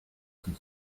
six